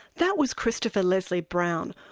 that was christopher leslie brown,